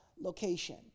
location